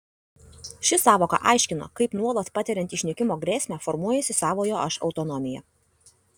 ši sąvoka aiškina kaip nuolat patiriant išnykimo grėsmę formuojasi savojo aš autonomija